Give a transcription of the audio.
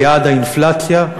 ליעד האינפלציה,